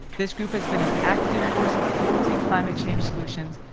this group has been an active force opposing climate change solutions,